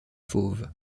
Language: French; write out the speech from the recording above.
fauve